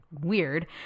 weird